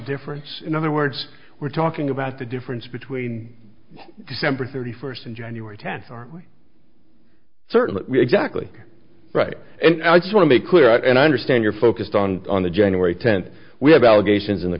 difference in other words we're talking about the difference between december thirty first and january tenth are certain exactly right and i just want to be clear and i understand you're focused on on the january tenth we have allegations in the